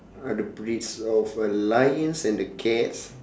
other breeds of a lions and the cats